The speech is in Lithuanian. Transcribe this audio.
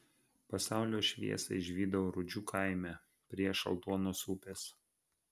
pasaulio šviesą išvydau rudžių kaime prie šaltuonos upės